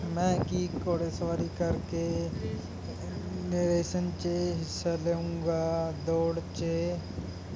ਮੈਂ ਕੀ ਘੋੜ ਸਵਾਰੀ ਕਰਕੇ ਨਰੇਸ਼ਨ 'ਚ ਹਿੱਸਾ ਲਊਂਗਾ ਦੌੜ 'ਚ